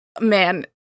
man